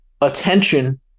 attention